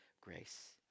grace